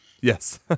Yes